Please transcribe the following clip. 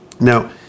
Now